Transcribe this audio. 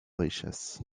richesses